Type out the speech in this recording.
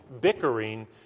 bickering